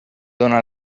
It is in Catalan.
dóna